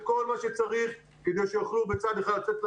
כל מה שצריך כדי שיוכלו בצד אחד לצאת לעבוד,